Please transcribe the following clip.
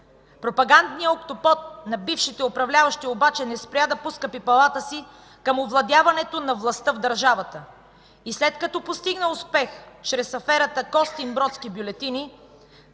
Пропагандният октопод на бившите управляващи обаче не спря да пуска пипалата си към овладяването на властта в държавата и след като постигна успех чрез аферата „Костинбродски бюлетини”,